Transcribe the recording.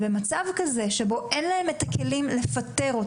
ומצב שבו למערכת אין כלים לפטר,